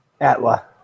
Atla